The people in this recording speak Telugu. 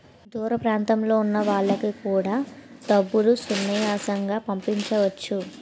దూర ప్రాంతంలో ఉన్న వాళ్లకు కూడా డబ్బులు సునాయాసంగా పంపించవచ్చు